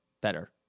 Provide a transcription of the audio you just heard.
better